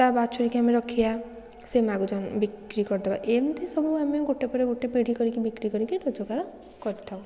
ତା' ବାଛୁରୀ କି ଆମେ ରଖିବା ସେ ମା'କୁ ଜନ ବିକ୍ରି କରିଦେବା ଏମିତି ସବୁ ଆମେ ଗୋଟେ ପରେ ଗୋଟେ ପିଢ଼ି ପରେ ପିଢ଼ି କରିକି ରୋଜଗାର କରିଥାଉ